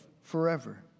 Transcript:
forever